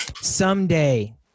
someday